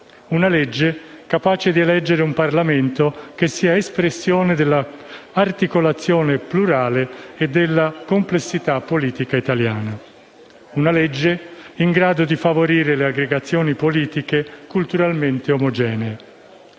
Una legge capace di eleggere un Parlamento che sia espressione dell'articolazione plurale e della complessità politica italiana. Una legge in grado di favorire le aggregazioni politiche culturalmente omogenee.